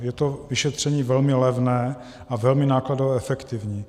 Je to vyšetření velmi levné a velmi nákladově efektivní.